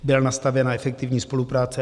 Byla nastavena efektivní spolupráce.